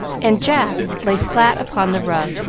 and jack lay flat upon the rug,